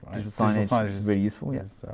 signage signage is very useful, yeah.